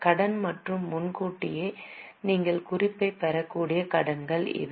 கடன் மற்றும் முன்கூட்டியே நீங்கள் குறிப்பைப் பெறக்கூடிய கடன்கள் இவை